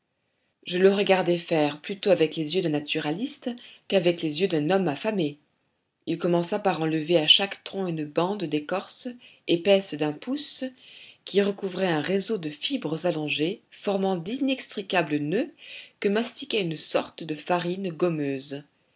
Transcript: je le regardai faire plutôt avec les yeux d'un naturaliste qu'avec les yeux d'un homme affamé il commença par enlever à chaque tronc une bande d'écorce épaisse d'un pouce qui recouvrait un réseau de fibres allongées formant d'inextricables noeuds que mastiquait une sorte de farine gommeuse